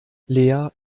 lea